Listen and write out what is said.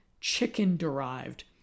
chicken-derived